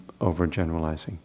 overgeneralizing